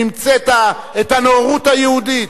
והמצאת את הנאורות היהודית?